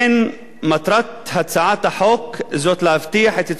מטרת הצעת החוק היא להבטיח את ייצוגם ההולם